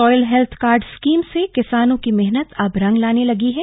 soil health card scheme र्स किसानों की मेहनेत अब रंग लाने लगी है